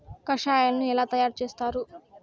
కషాయాలను ఎలా తయారు చేస్తారు?